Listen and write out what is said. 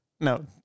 No